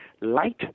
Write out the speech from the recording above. light